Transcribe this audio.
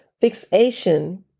fixation